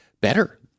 better